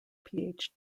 phd